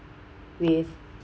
with